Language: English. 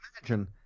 imagine